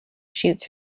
shoots